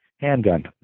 handgun